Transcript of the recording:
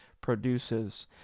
produces